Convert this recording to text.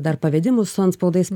dar pavedimus su antspaudais